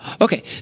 okay